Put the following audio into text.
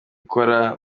ukora